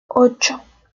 ocho